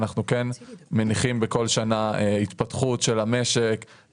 אנחנו כן מניחים בכל שנה התפתחות של המשק,